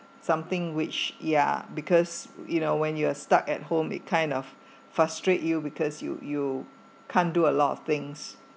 something which ya because you know when you're stuck at home it kind of frustrate you because you you can't do a lot of things